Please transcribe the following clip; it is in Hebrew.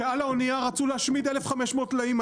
שעל האונייה רצו להשמיד 1,500 טלאים,